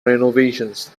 renovations